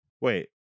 Wait